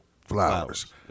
flowers